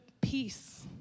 peace